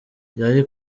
yari